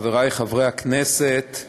חברי חברי הכנסת,